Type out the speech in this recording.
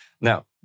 Now